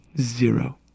Zero